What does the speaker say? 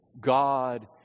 God